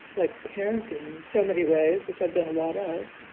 like parenting in so many ways, which i've done a lot of,